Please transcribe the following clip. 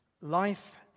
life